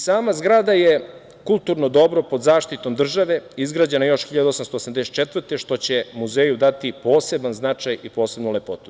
Sama zgrada je kulturno dobro pod zaštitom države, izgrađena još 1884. godine, što će muzeju dati poseban značaj i posebnu lepotu.